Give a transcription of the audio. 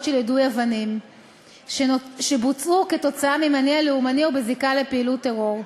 של יידוי אבנים שבוצעו ממניע לאומני או בזיקה לפעילות טרור.